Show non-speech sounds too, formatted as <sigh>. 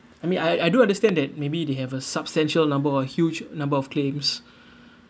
I mean I I do understand that maybe they have a substantial number or huge number of claims <breath>